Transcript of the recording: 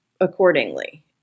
Accordingly